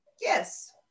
Yes